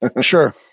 Sure